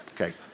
Okay